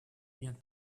biens